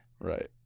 Right